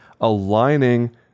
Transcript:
aligning